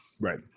Right